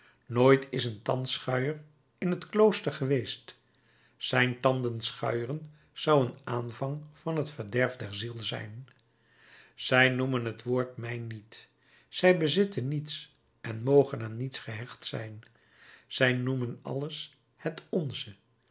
nooit is een tandschuier in het klooster geweest zijn tanden schuieren zou een aanvang van t verderf der ziel zijn zij noemen het woord mijn niet zij bezitten niets en mogen aan niets gehecht zijn zij noemen alles het onze